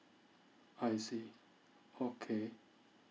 I see okay